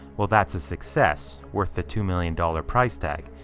well that's a success worth the two million dollar price tag.